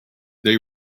they